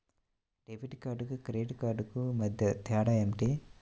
Debit కార్డుకు credit credit కార్డుకు మధ్య తేడా ఏమిటీ?